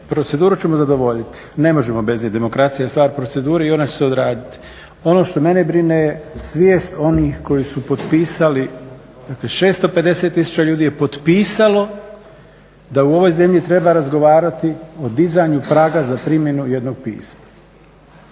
proceduru ćemo zadovoljiti, ne možemo bez nje. Demokracija je stvar procedure i ona će se odraditi. Ono što mene brine je svijest onih koji su potpisali dakle 650 tisuća ljudi je potpisalo da u ovoj zemlji treba razgovarati o dizanju praga za primjenu jednog pisma.